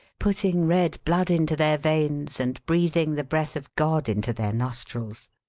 putting red blood into their veins, and breathing the breath of god into their nostrils.